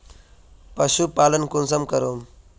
पशुपालन कुंसम करूम?